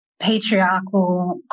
patriarchal